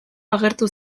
agertu